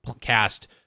cast